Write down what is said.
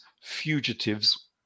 fugitives